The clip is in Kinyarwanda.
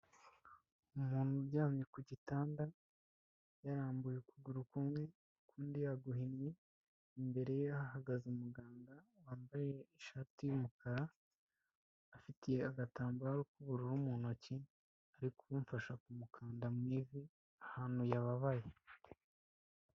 Umuntu uryamye ku gitanda yarambuye ukuguru kumwe, ukundi yaguhinnye, imbere ye ahagaze umuganga wambaye ishati y'umukara afite agatambaro k'ubururu mu ntoki, ari kumfasha kumukanda mu ivi, ahantu yababaye.